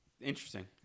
Interesting